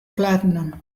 platinum